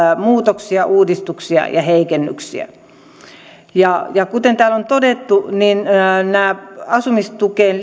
muutoksia uudistuksia ja heikennyksiä kuten täällä on todettu näissä asumistukeen